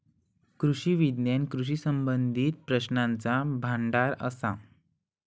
कृषी विज्ञान कृषी संबंधीत प्रश्नांचा भांडार असा